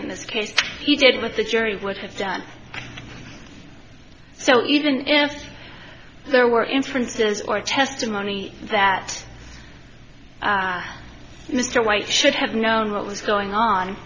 in this case you did with the jury would have done so even if there were inferences or testimony that mr white should have known what was going on